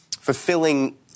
fulfilling